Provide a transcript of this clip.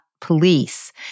police